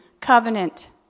covenant